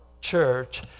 church